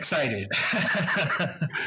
excited